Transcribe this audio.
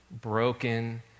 broken